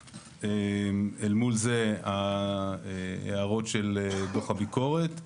ואל מול זה ההערות של דוח הביקורת.